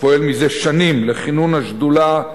שפועל זה שנים לכינון השדולה,